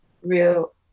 real